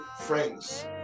friends